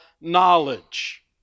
knowledge